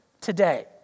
today